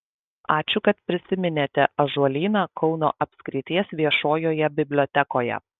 ačiū kad prisiminėte ąžuolyną kauno apskrities viešojoje bibliotekoje